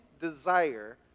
desire